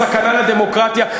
סכנה לדמוקרטיה.